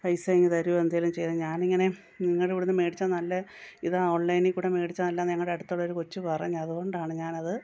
പൈസ ഇങ്ങു തരുമോ എന്തെങ്കിലും ചെയ്യണം ഞാൻ ഇങ്ങനെ നിങ്ങളുടെ ഇവിടെ നിന്നു മേടിച്ച നല്ല ഇതാണ് ഓൺലൈനിൽ കൂടി മേടിച്ച നല്ല ഞങ്ങളുടെ അടുത്തുള്ളൊരു കൊച്ചു പറഞ്ഞു അതു കൊണ്ടാണ് ഞാനത്